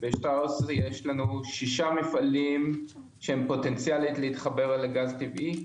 יש לנו שישה מפעלים שהם פוטנציאלית להתחבר לגז טבעי.